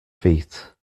feet